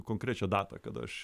konkrečią datą kada aš